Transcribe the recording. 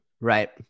right